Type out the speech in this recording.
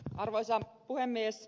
arvoisa puhemies